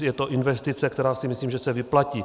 Je to investice, která si myslím, že se vyplatí.